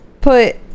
Put